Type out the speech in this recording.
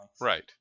Right